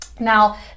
Now